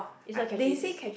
it's not Catrice ya